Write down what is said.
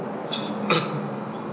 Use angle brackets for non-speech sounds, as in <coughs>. <coughs>